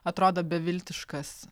atrodo beviltiškas